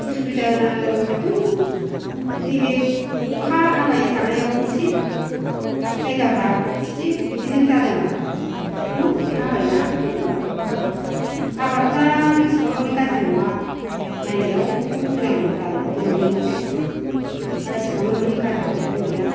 उसुबिदा आथ' नैबे अखा हाबाय थानायाव एसे जायगाफ्रा एसे बिदिनो जादों आरो बुहुत अखा हाबायना गिलु बालु अखा हाबाय आबादफोरा एसेबां मानि गाज्रि नङा नायनायावथ' मोजां जानाय बायदि नुयो माथो दा एसेबां मानि गाज्रि प्रब्लेम गैया